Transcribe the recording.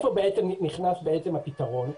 היכן נכנס הפתרון?